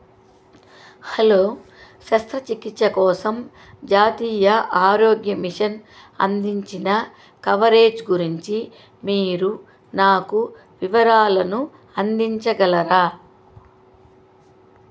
hello శస్త్రచికిత్స కోసం జాతీయ ఆరోగ్య మిషన్ అందించిన కవరేజ్ గురించి మీరు నాకు వివరాలను అందించగలరా